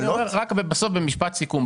במשפט סיכום.